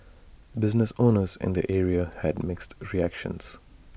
business owners in the area had mixed reactions